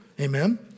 Amen